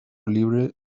libre